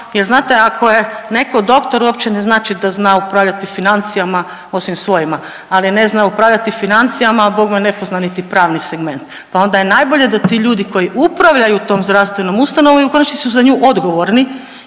jel znate ako je neko doktor uopće ne znači da zna upravljati financijama osim svojima, ali ne zna upravljati financijama, a bogme ne pozna niti pravni segment, pa onda je najbolje da ti ljudi koji upravljaju tom zdravstvenom ustanovom i u konačnici su za nju odgovorni